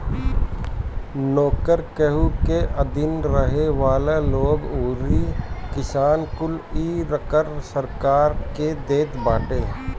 नोकर, केहू के अधीन रहे वाला लोग अउरी किसान कुल इ कर सरकार के देत बाटे